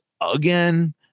again